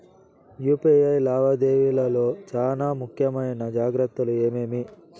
UPI లావాదేవీల లో చానా ముఖ్యమైన జాగ్రత్తలు ఏమేమి?